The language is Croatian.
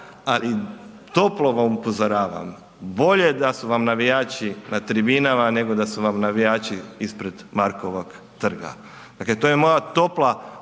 ali toplo vam upozoravam, bolje da su vam navijači na tribinama nego da su vam navijači ispred Markovog trg. Dakle, to je moja topla